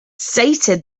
stated